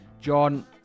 John